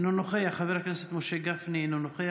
אינו נוכח, חבר הכנסת משה גפני, אינו נוכח.